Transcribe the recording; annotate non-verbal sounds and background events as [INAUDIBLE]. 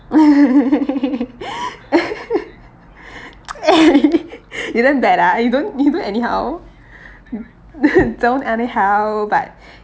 [LAUGHS] [NOISE] eh you damn bad ah you don't you don't anyhow [LAUGHS] don't anyhow but